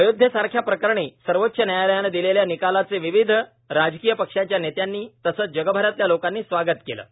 अयोध्या प्रकरणी सर्वोच्च न्यायालयानं दिलेल्या निकालाचं विविध राजकीय पक्षांच्या नेत्यांनी आणि तसंच जगभरातल्या लोकांनी स्वागत केलं आहे